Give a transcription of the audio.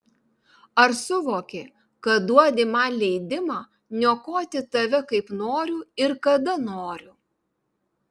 ar suvoki kad duodi man leidimą niokoti tave kaip noriu ir kada noriu